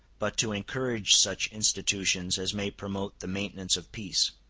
but to encourage such institutions as may promote the maintenance of peace.